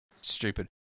stupid